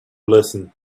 listen